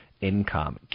income